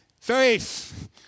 Faith